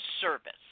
service